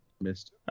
Missed